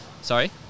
Sorry